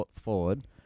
forward